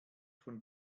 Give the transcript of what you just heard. von